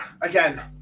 again